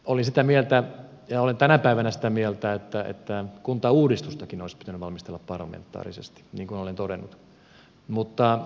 olin sitä mieltä ja olen tänä päivänä sitä mieltä että kuntauudistustakin olisi pitänyt valmistella parlamentaarisesti niin kuin olen todennut